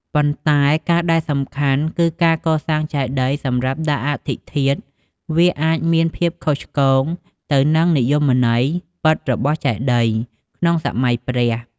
ប៉ុន្តែការដែលសំខាន់ គឺការកសាងចេតិយសម្រាប់ដាក់អដ្ឋិធាតុ វាអាចមានភាពខុសឆ្គងទៅនឹងនិយមន័យពិតរបស់ចេតិយ ក្នុងសម័យព្រះ។